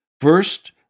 First